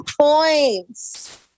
points